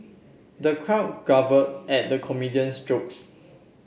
the crowd guffawed at the comedian's jokes